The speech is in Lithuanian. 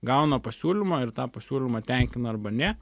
gauna pasiūlymą ir tą pasiūlymą tenkina arba ne